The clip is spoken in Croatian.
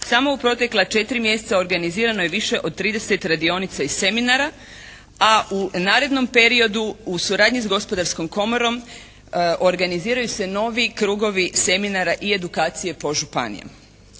Samo u protekla 4 mjeseca organizirano je više od 30 radionica i seminara a u narednom periodu u suradnji s Gospodarskom komorom organiziraju se novi krugovi seminara i edukacije po županijama.